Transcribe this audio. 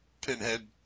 pinhead